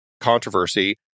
controversy